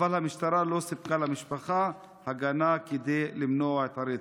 אבל המשטרה לא סיפקה למשפחה הגנה כדי למנוע את הרצח.